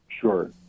sure